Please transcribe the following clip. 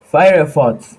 firefox